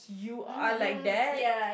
you are like that